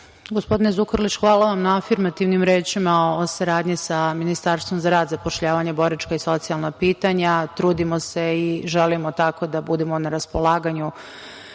Gospodine Zukorliću, hvala vam na afirmativnim rečima o saradnji sa Ministarstvom za rad, zapošljavanje, boračka i socijalna pitanja. Trudimo se i želimo tako da budemo na raspolaganju